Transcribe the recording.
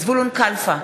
זבולון קלפה,